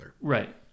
right